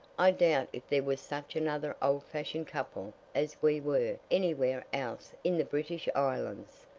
i doubt if there was such another old-fashioned couple as we were anywhere else in the british islands,